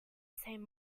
same